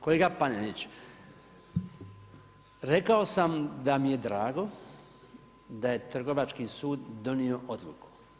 Kolega Panenić, rekao sam da mi je drago da je Trgovački sud donio odluku.